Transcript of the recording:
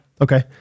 okay